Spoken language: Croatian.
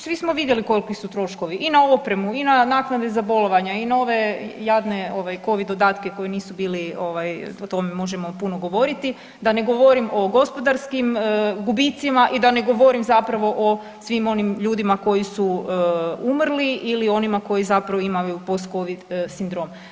Svi smo vidjeli koliki su troškovi i na opremu i na naknade za bolovanja i nove jadne ovaj covid dodatke koji nisu bili ovaj, o tome možemo puno govoriti, da ne govorim o gospodarskim gubicima i da ne govorim zapravo o svim onim ljudima koji su umrli ili onima koji zapravo imaju post covid sindrom.